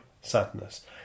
sadness